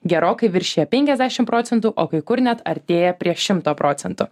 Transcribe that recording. gerokai viršija penkiasdešim procentų o kai kur net artėja prie šimto procentų